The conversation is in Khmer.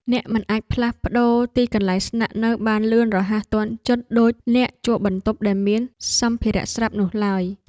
អ្នកមិនអាចផ្លាស់ប្ដូរទីកន្លែងស្នាក់នៅបានលឿនរហ័សទាន់ចិត្តដូចអ្នកជួលបន្ទប់ដែលមានសម្ភារៈស្រាប់នោះឡើយ។